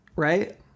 Right